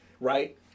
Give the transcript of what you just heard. right